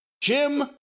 Jim